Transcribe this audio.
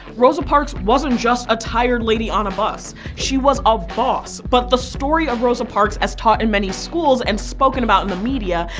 rosa parks wasn't just a tired lady on a bus, she was a boss. but the story of rosa parks as taught in many schools and spoken about in the media,